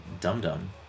dum-dum